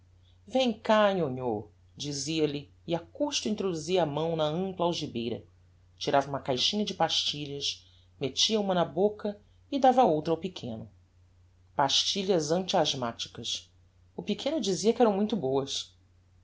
vem cá nhonhô dizia-lhe e a custo introduzia a mão na ampla algibeira tirava uma caixinha de pastilhas mettia uma na boca o dava outra ao pequeno pastilhas anti asthmaticas o pequeno dizia que eram muito boas